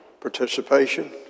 participation